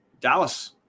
Dallas